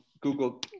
Google